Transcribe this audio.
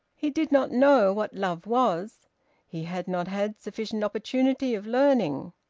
he did not know what love was he had not had sufficient opportunity of learning.